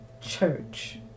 church